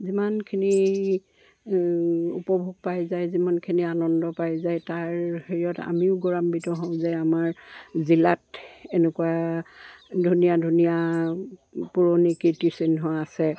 যিমানখিনি উপভোগ পাই যায় যিমানখিনি আনন্দ পাই যায় তাৰ হেৰিয়ত আমিও গৌৰৱান্বিত হওঁ যে আমাৰ জিলাত এনেকুৱা ধুনীয়া ধুনীয়া পুৰণি কীৰ্তিচিহ্ন আছে